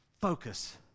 focus